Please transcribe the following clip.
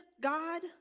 God